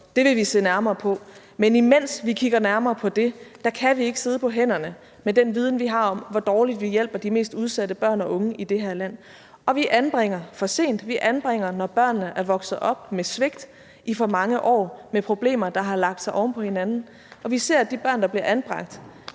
Det vil vi se nærmere på. Men imens vi kigger nærmere på det, kan vi ikke sidde på hænderne med den viden, vi har, om, hvor dårligt vi hjælper de mest udsatte børn og unge i det her land. Vi anbringer for sent, vi anbringer, når børnene er vokset op med svigt i for mange år med problemer, der har lagt sig oven på hinanden. Vi ser, at de børn, der bliver anbragt,